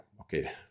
okay